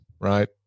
right